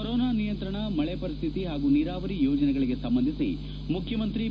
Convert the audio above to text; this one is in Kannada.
ಕೊರೊನಾ ನಿಯಂತ್ರಣ ಮಳೆ ಮಪರಿಸ್ತಿತಿ ಹಾಗೂ ನೀರಾವರಿ ಯೋಜನೆಗಳಿಗೆ ಸಂಬಂಧಿಸಿ ಮುಖ್ಯಮಂತ್ರಿ ಬಿ